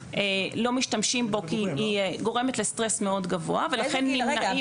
בחייו לא משתמש בו כי היא גורמת לסטרס מאוד גבוה ולכן --- רגע,